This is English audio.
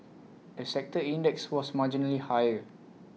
A sector index was marginally higher